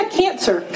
cancer